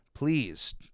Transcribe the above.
Please